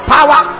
Power